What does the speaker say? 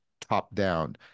top-down